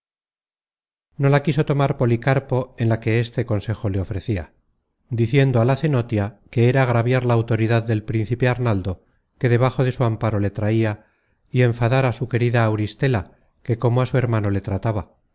no la quiso tomar policarpo en la que este consejo le ofrecia diciendo a la cenotia que era agraviar la autoridad del principe arnaldo que debajo de su amparo le traia y enfadar á su querida auristela que como á su hermano le trataba